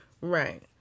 Right